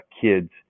kids